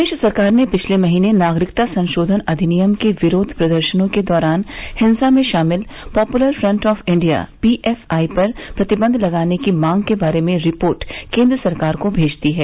प्रदेश सरकार ने पिछले महीने नागरिकता संशोधन अधिनियम के विरोध प्रदर्शनों के दौरान हिंसा में शामिल Popular Front of India PFI पर प्रतिबंध लगाने की मांग के बारे में रिपोर्ट केन्द्र सरकार को भेज दी है